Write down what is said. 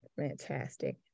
Fantastic